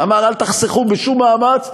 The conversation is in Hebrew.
אמר: אל תחסכו בשום מאמץ,